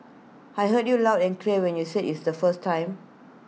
I heard you loud and clear when you said IT the first time